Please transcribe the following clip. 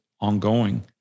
ongoing